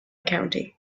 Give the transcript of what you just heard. county